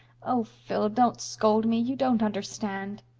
oh, phil, don't scold me. you don't understand.